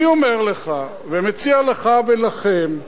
אני אומר לך ומציע לך ולכם,